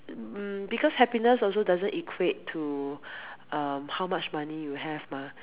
mm because happiness also doesn't equate to um how much money you have mah